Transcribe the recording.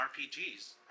RPGs